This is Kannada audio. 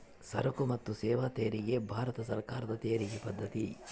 ಸರಕು ಮತ್ತು ಸೇವಾ ತೆರಿಗೆ ಭಾರತ ಸರ್ಕಾರದ ತೆರಿಗೆ ಪದ್ದತಿ